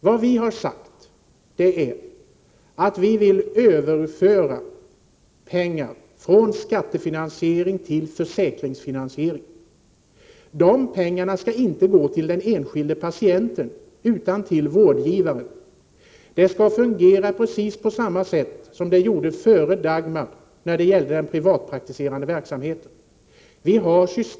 Vad vi har sagt är att vi vill övergå från skattefinansiering till försäkringsfinansiering. De överförda pengarna skulle inte gå till den enskilda patienten, utan till vårdgivaren. Systemet skulle fungera precis på samma sätt som det gjorde före Dagmarreformen när det gäller privatpraktiker. Vi har systemet klart för oss.